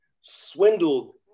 swindled